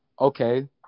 Okay